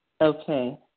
Okay